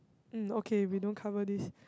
um okay we don't cover this